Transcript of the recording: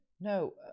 No